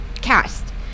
cast